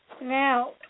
Now